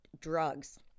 drugs